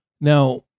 Now